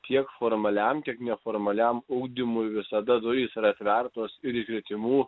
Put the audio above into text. tiek formaliam tiek neformaliam ugdymui visada durys yra atvertos ir iš gretimų